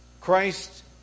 Christ